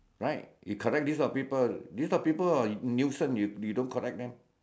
right you correct this kind of people this kind of people are nuisance you don't correct them